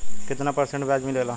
कितना परसेंट ब्याज मिलेला?